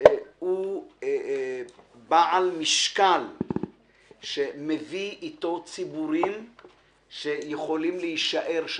הוא בעל משקל ומביא איתו ציבורים שיכולים להישאר שם.